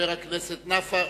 חבר הכנסת נפאע,